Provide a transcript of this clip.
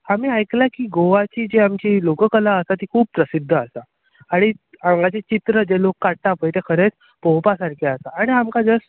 आमी आयकलां की गोवाची जी आमची लोक कला आसा ती खूब प्रसिध्द आसा आनी हांगाचे चित्र जे लोक काडटा पय तो खरेंच पोवपा सारके आसा आनी आमकां जर